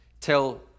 tell